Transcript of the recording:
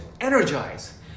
energize